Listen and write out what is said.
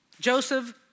Joseph